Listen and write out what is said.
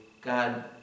god